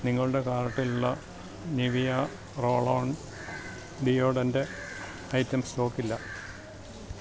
നിങ്ങളുടെ കാർട്ടിലുള്ള Nivea roll on deodorant item stock ഇല്ല